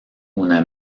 una